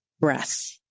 breath